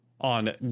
on